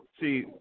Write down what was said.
See